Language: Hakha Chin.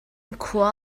khua